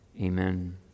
amen